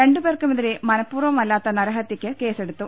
രണ്ടുപേർക്കുമെതിരെ മനപൂർവമ ല്ലാത്ത നരഹത്യക്ക് കേസെടുത്തു